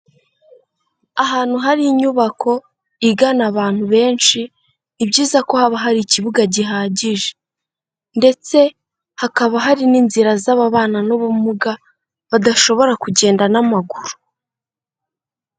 Ahantu hari inyubako igana abantu benshi, ni byiza ko haba hari ikibuga gihagije ndetse hakaba hari n'inzira z'ababana n'ubumuga badashobora kugenda n'amaguru.